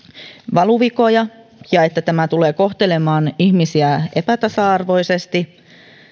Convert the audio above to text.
valuvikoja ja että tämä tulee kohtelemaan ihmisiä epätasa arvoisesti